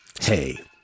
Hey